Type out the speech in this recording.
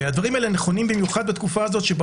הדברים האלה נכונים במיוחד בתקופה הזאת שבה